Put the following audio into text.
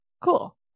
cool